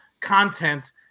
content